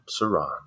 Saran